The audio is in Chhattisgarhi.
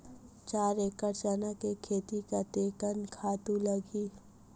चार एकड़ चना के खेती कतेकन खातु लगही?